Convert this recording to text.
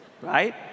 Right